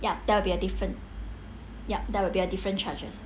yup that will be a different yup that will be a different charges